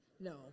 No